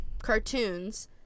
cartoons